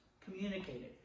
communicated